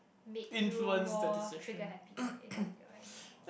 make you more trigger happy if you get what I mean